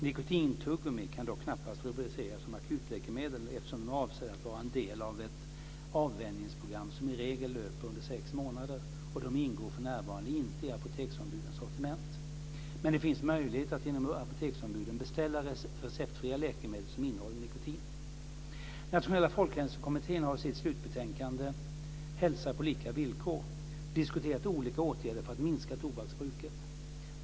Nikotintuggummin kan dock knappast rubriceras som akutläkemedel eftersom de är avsedda att vara en del av ett avvänjningsprogram som i regel löper under sex månader, och de ingår för närvarande inte i apoteksombudens sortiment. Men det finns möjlighet att genom apoteksombuden beställa receptfria läkemedel som innehåller nikotin. Nationella folkhälsokommittén har i sitt slutbetänkande , Hälsa på lika villkor, diskuterat olika åtgärder för att minska tobaksbruket.